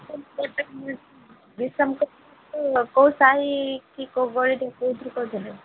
କୋଉ ସାହି କି କୋଉ ଗଳି ଟିକେ କଇଦେବେ